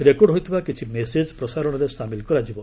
record ହୋଇଥିବା କିଛି message ପ୍ରସାରଣରେ ସାମିଲ କରାଯିବ